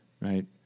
right